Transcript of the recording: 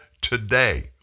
Today